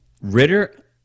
Ritter